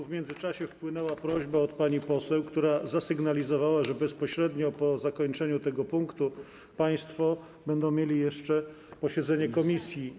W międzyczasie wpłynęła prośba od pani poseł, która zasygnalizowała, że bezpośrednio po zakończeniu tego punktu będą państwo mieli jeszcze posiedzenie komisji.